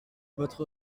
votre